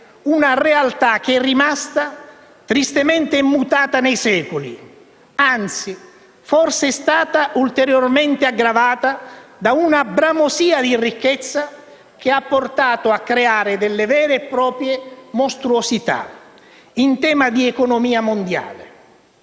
una realtà che è rimasta tristemente immutata nei secoli anzi, che forse è stata ulteriormente aggravata da una bramosia di ricchezza che ha portato a creare delle vere e proprie mostruosità in tema di economia mondiale.